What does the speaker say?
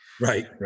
right